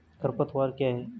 खरपतवार क्या है?